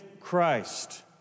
christ